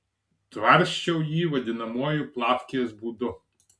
tvarsčiau jį vadinamuoju plavkės būdu